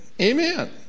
Amen